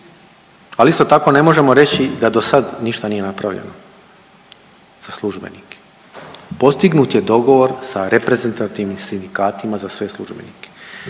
Ali isto tako ne možemo reći da ni do sad ništa nije napravljeno za službenike. Postignut je dogovor sa reprezentativnim sindikatima za sve službenike,